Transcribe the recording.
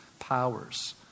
powers